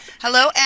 Hello